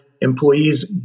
employees